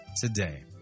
today